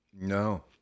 No